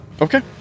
Okay